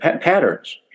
patterns